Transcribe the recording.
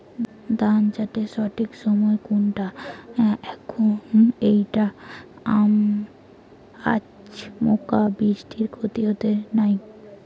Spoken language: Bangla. ধান চাষের সঠিক সময় কুনটা যখন এইটা আচমকা বৃষ্টিত ক্ষতি হবে নাই?